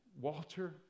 Walter